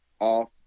off